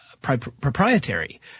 proprietary